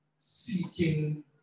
Seeking